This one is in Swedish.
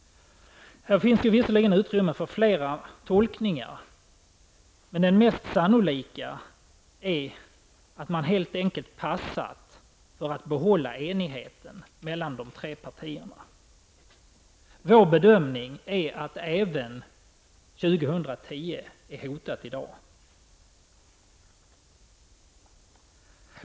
Här finns visserligen utrymme för flera tolkningar, men den mest sannolika är att man helt enkelt ''passat'' för att behålla enigheten mellan de tre partierna. Vänsterpartiets bedömning är att även 2010 i dag är hotat.